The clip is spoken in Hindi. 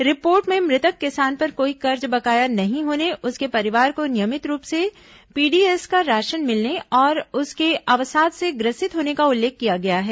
रिपोर्ट में मृतक किसान पर कोई कर्ज बकाया नहीं होने उसके परिवार को नियमित रूप से पीडीएस का राशन मिलने और उसके अवसाद से ग्रसित होने का उल्लेख किया गया है